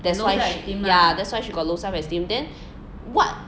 that's why ya that's why she got low self esteem then what